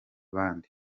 bande